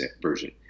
version